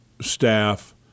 staff